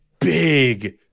Big